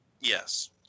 Yes